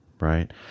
Right